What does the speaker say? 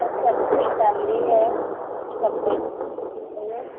اچھا پوری فیملی ہے سب کوئی